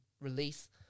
release